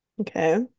Okay